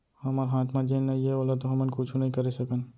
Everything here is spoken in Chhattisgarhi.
हमर हाथ म जेन नइये ओला तो हमन कुछु नइ करे सकन